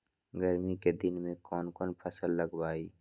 गर्मी के दिन में कौन कौन फसल लगबई?